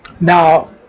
now